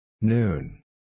Noon